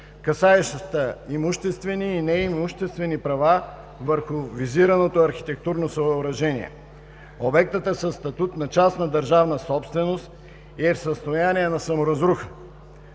касаеща имуществени и неимуществени права върху визираното архитектурно съоръжение. Обектът е със статут на частна държавна собственост и е в състояние на саморазруха,